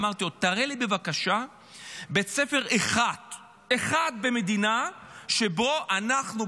אמרתי לו: תראה לי בבקשה בית ספר אחד במדינה שבו אנחנו,